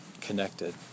connected